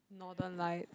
no don't like